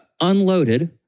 unloaded